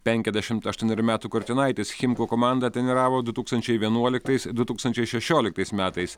penkiasdešimt aštuonerių metų kurtinaitis chimku komandą treniravo du tūkstančiai vienuoliktais du tūkstančiai šešioliktais metais